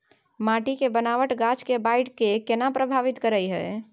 माटी के बनावट गाछ के बाइढ़ के केना प्रभावित करय हय?